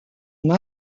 une